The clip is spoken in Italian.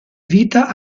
vita